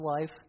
life